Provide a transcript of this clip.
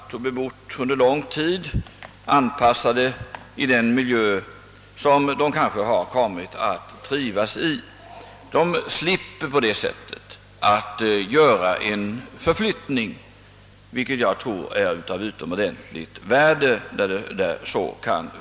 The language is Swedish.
bebott under lång tid, i den miljö som de kanske har kommit att trivas i. De slipper på det sättet att flytta, vilket jag tror är av utomordentligt värde.